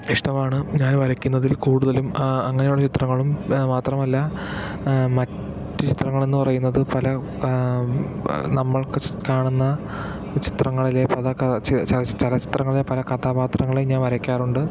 ഇഷ്ടമാണ് ഞാൻ വരക്കുന്നതിൽ കൂടുതലും അങ്ങനെയുള്ള ചിത്രങ്ങളും മാത്രമല്ല മറ്റു ചിത്രങ്ങളെന്നു പറയുന്നത് പല നമ്മൾക്ക് കാണുന്ന ചിത്രങ്ങളിലെ ചലച്ചിത്രങ്ങളിലെ പല കഥാപാത്രങ്ങളെയും ഞാൻ വരയ്ക്കാറുണ്ട്